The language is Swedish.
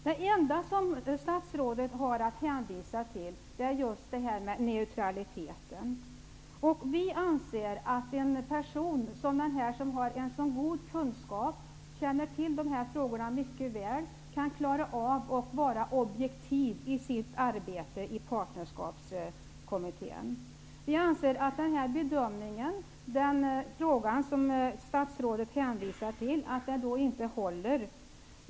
Det enda som statsrådet hänvisar till är frågan om neutraliteten. Vi anser att en person som den här berörde, som har en så god kunskap om de frågor som det gäller, mycket väl förmår att vara objektiv i sitt arbete i Partnerskapskommittén. Vi anser att den bedömning som statsrådet hänvisar till i denna fråga inte håller.